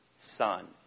Son